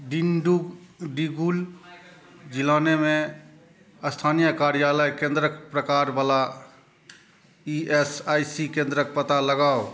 डिंडिगुल जिलानेमे स्थानीय कर्यालय केंद्रक प्रकार वला ई एस आई सी केंद्रक पता लगाउ